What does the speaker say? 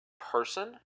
person